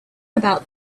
about